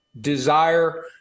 desire